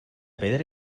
pedra